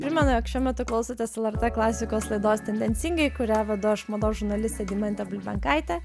primenu jog šiuo metu klausotės lrt klasikos laidos tendencingai kurią vedu aš mados žurnalistė deimantė bulbenkaitė